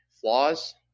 flaws